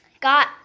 got